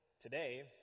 today